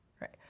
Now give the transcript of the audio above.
Right